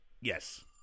Yes